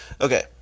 Okay